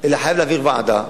אלא חייב להעביר בוועדה,